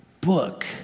book